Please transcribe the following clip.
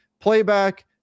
Playback